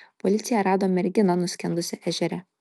policija rado merginą nuskendusią ežere